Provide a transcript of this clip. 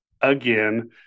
again